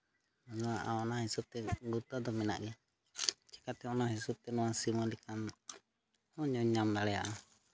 ᱚᱱᱟ ᱦᱤᱥᱟᱹᱵᱽ ᱛᱮ ᱜᱩᱛᱟᱹ ᱫᱚ ᱢᱮᱱᱟᱜ ᱜᱮᱭᱟ ᱪᱤᱠᱟᱹᱛᱮ ᱚᱱᱟ ᱦᱤᱥᱟᱹᱵ ᱛᱮ ᱱᱚᱣᱟ ᱥᱤᱢᱟᱹ ᱞᱮᱠᱟᱱ ᱡᱟᱦᱟᱧ ᱧᱟᱢ ᱫᱟᱲᱮᱭᱟᱜᱼᱟ